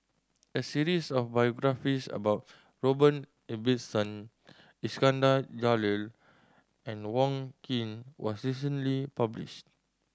a series of biographies about Robert Ibbetson Iskandar Jalil and Wong Keen was recently published